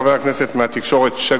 2. המידע שהגיע לחבר הכנסת מהתקשורת שגוי.